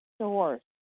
source